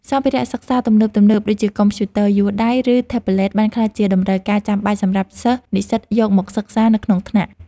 សម្ភារៈសិក្សាទំនើបៗដូចជាកុំព្យូទ័រយួរដៃ ឬថេប្លេតបានក្លាយជាតម្រូវការចាំបាច់សម្រាប់សិស្សនិស្សិតយកមកសិក្សានៅក្នុងថ្នាក់។